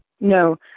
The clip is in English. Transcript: No